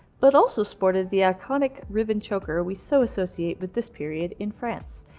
but also sported the iconic ribbon choker we so associate with this period in france.